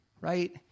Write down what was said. right